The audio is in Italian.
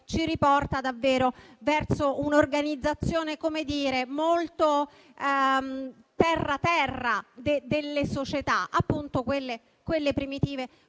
ci riporta davvero verso un'organizzazione molto terra terra delle società, appunto quelle primitive